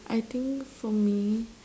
I think for me